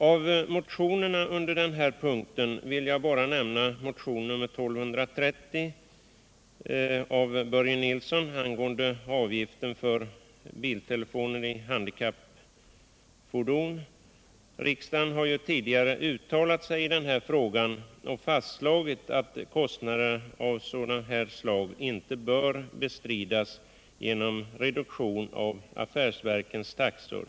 Av motionerna vid denna punkt vill jag bara nämna motionen 1230 av Börje Nilsson angående avgifter för biltelefoner i handikappfordon. Riksdagen har ju tidigare uttalat sig i denna fråga och fastslagit att kostnader av det här slaget inte bör bestridas genom en reduktion av affärsverkens taxor.